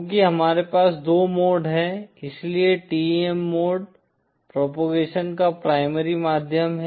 चूंकि हमारे पास दो मोड हैं इसलिए TEM मोड प्रोपगेशन का प्राइमरी माध्यम है